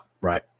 right